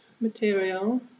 material